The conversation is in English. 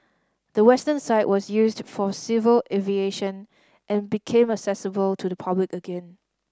the western side was used for civil aviation and became accessible to the public again